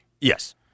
Yes